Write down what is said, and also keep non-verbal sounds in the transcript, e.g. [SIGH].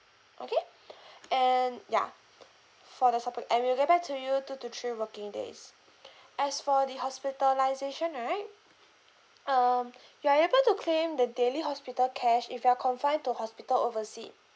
okay [BREATH] and ya for the suppl~ we will get back to you two to three working days as for the hospitalisation right um you are able to claim the daily hospital cash if you're confined to hospital oversea